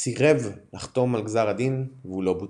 סירב לחתום על גזר הדין והוא לא בוצע.